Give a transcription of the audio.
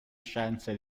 scienze